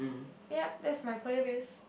yup that's my playlist